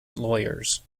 lawyers